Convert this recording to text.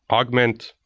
augment,